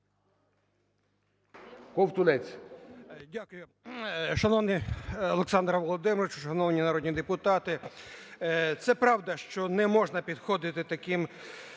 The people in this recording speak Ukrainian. Ковтунець.